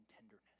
tenderness